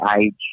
age